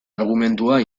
argumentua